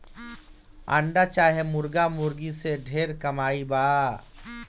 अंडा चाहे मुर्गा मुर्गी से ढेर कमाई बा